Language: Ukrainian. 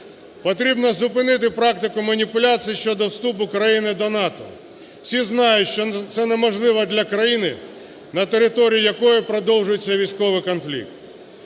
Потрібно зупинити практику маніпуляцій щодо вступу країни до НАТО. Всі знають, що це неможливо для країни, на території якої продовжується військовий конфлікт.